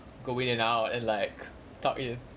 go in and out and like tug in